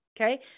Okay